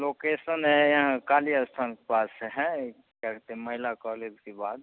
location है यहाँ काली स्थान के पास है इधर से महिला कॉलेज के बाद